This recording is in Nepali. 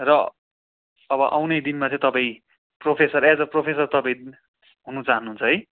र अब आउने दिनमा चाहिँ तपाईँ प्रोफेसर एज अ प्रोफेसर तपाईँ हुनु चाहनुहुन्छ है